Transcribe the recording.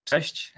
Cześć